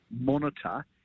monitor